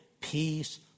peace